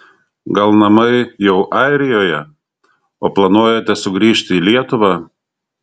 gal namai jau airijoje o planuojate sugrįžti į lietuvą